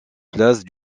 place